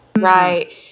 Right